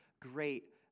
great